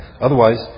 Otherwise